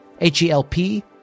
H-E-L-P